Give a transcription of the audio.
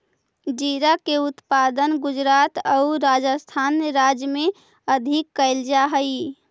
जीरा के उत्पादन गुजरात आउ राजस्थान राज्य में अधिक कैल जा हइ